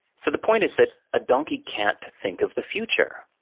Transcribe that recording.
so, the point is, that a donkey can't think of the future.